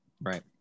right